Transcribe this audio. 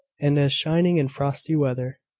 and as shining in frosty weather.